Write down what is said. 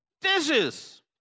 Dishes